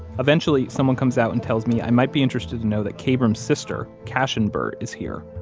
eventually, someone comes out and tells me i might be interested to know that kabrahm's sister, kashion burt, is here,